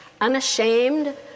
unashamed